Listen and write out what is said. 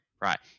right